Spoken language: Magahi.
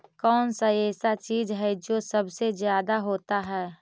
कौन सा ऐसा चीज है जो सबसे ज्यादा होता है?